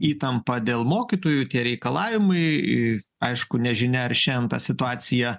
įtampą dėl mokytojų tie reikalavimai į aišku nežinia ar šian ta situacija